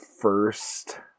first